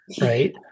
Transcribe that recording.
right